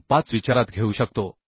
25 विचारात घेऊ शकतो